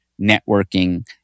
networking